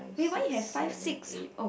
eh why you have five six oh